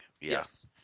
Yes